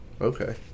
Okay